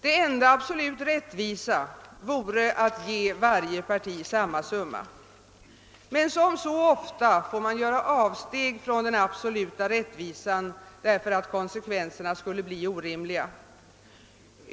Det enda absolut rättvisa vore att ge varje parti samma summa. Men som så ofta annars får man här göra avsteg från den absoluta rättvisan, eftersom konsekvenserna annars skulle bli orimliga.